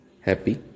happy